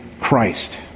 christ